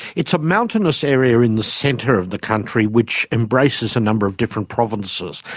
it's a mountainous area in the centre of the country which embraces a number of different provinces.